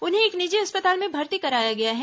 उन्हें एक निजी अस्पताल में भर्ती कराया गया है